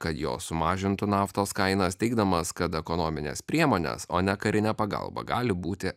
kad jos sumažintų naftos kainas teigdamas kad ekonominės priemonės o ne karinė pagalba gali būti